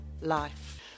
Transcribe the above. life